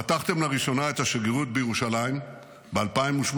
פתחתם לראשונה את השגרירות בירושלים ב-2018.